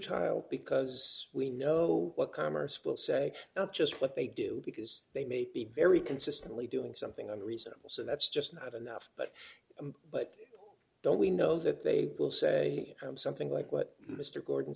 child because we know what commerce will say not just what they do because they may be very consistently doing something on reasonable so that's just not enough but but don't we know that they will say something like what mr gordon